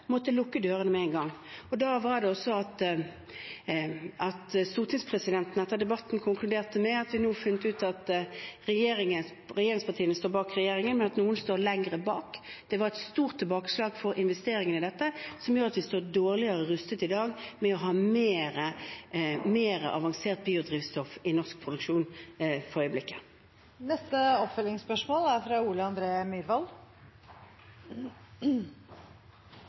måtte lukke dørene med en gang. Det var da stortingspresidenten etter debatten konkluderte med at man nå har funnet ut at regjeringspartiene står bak regjeringen, men at noen står lenger bak. Det var et stort tilbakeslag for investeringene i dette, som gjør at vi står dårligere rustet i dag med hensyn til å ha mer avansert biodrivstoff i norsk produksjon for øyeblikket. Ole André Myhrvold – til oppfølgingsspørsmål. Det er